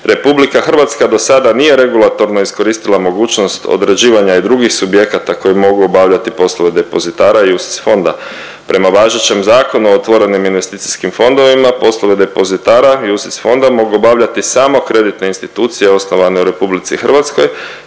društvima iz EU. RH dosada nije regulatorno iskoristila mogućnost određivanja i drugih subjekata koji mogu obavljati poslove depozitara UCITS fonda. Prema važećem Zakonu o otvorenim investicijskim fondovima poslove depozitara UCITS fonda mogu obavljati samo kreditne institucije osnovane u RH,